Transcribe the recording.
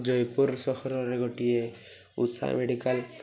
ଜୟପୁର ସହରରେ ଗୋଟିଏ ଉଷା ମେଡ଼ିକାଲ୍